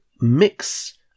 mix